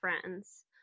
Friends